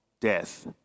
death